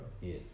yes